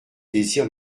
désire